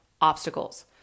obstacles